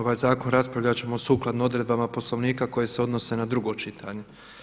Ovaj zakon raspravljat ćemo sukladno odredbama Poslovnika koje se odnose na drugo čitanje.